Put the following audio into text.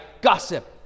gossip